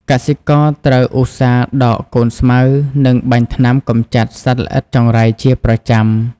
កសិករត្រូវឧស្សាហ៍ដកកូនស្មៅ និងបាញ់ថ្នាំកម្ចាត់សត្វល្អិតចង្រៃជាប្រចាំ។